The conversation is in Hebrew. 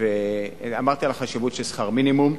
דיברתי על החשיבות של שכר מינימום,